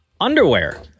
underwear